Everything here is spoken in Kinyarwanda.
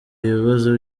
ibibazo